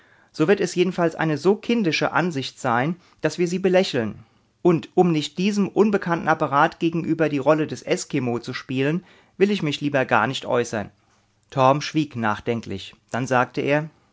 so wird es jedenfalls eine so kindische ansicht sein daß wir sie belächeln und um nicht diesem unbekannten apparat gegenüber die rolle des eskimo zu spielen will ich mich lieber gar nicht äußern torm schwieg nachdenklich dann sagte er